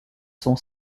sont